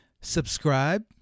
Subscribe